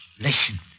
Listen